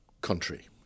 country